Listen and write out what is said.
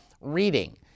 reading